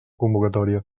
convocatòria